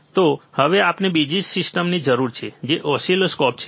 તો હવે આપણને બીજી સિસ્ટમની જરૂર છે જે ઓસિલોસ્કોપ છે